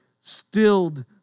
stilled